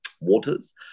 Waters